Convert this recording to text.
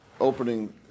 opening